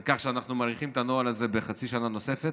על כך שאנחנו מאריכים את הנוהל הזה בחצי שנה נוספת.